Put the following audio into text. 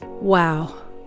Wow